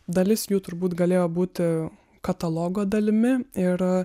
dalis jų turbūt galėjo būti katalogo dalimi ir